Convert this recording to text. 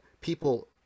people